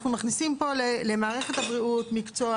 אנחנו מכניסים פה למערכת הבריאות מקצוע,